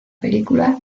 película